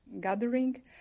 gathering